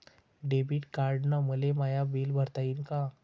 Debit कार्डानं मले my bill भरता येईन का?